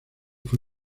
fue